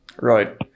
Right